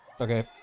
okay